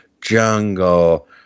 jungle